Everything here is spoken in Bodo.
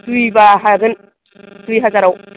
दुइबा हागोन दुइ हाजाराव